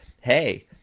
hey